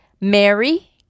Mary